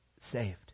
saved